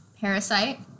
Parasite